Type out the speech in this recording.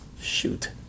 Shoot